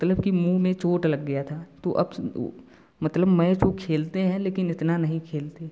मतलब की मुँह में चोट लग गया था तो अब से मतलब मैच वो खेलते है लेकिन इतना नहीं खेलते